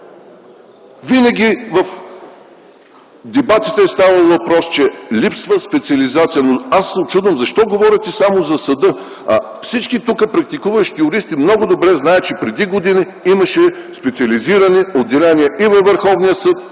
Винаги в дебатите е ставало въпрос, че липсва специализация. Учудвам се защо говорите само за съда. Всички практикуващи юристи тук много добре знаят, че преди години имаше специализирани отделения и във Върховния съд.